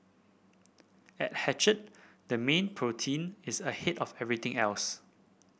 at Hatched the mean protein is ahead of everything else